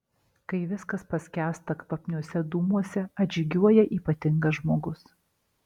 kai viskas paskęsta kvapniuose dūmuose atžygiuoja ypatingas žmogus